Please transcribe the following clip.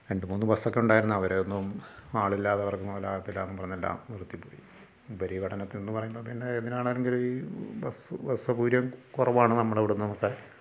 രണ്ട് മൂന്ന് ബസ്സൊക്കെ ഉണ്ടായിരുന്ന അവരൊന്നും ആളില്ലാതെ അവർക്ക് മുതലാകത്തില്ല എന്ന് പറഞ്ഞ് അതെല്ലാം നിർത്തി പോയി ഉപരിപഠനത്തിനെന്ന് പറയുമ്പം പിന്നെ ഇതിനാണെങ്കിൽ ഈ ബെസ്സ് ബെസ്സ് കുറവാണ് നമ്മുടെ അവിടെ ഉള്ള